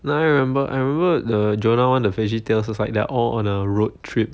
I remember I remember the jonah [one] the veggietales was like they're all on a road trip